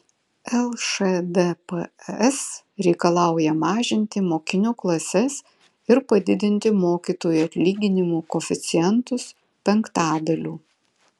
lšdps reikalauja mažinti mokinių klases ir padidinti mokytojų atlyginimų koeficientus penktadaliu